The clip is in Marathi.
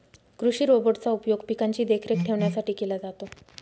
कृषि रोबोट चा उपयोग पिकांची देखरेख ठेवण्यासाठी केला जातो